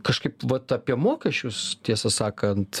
kažkaip vat apie mokesčius tiesą sakant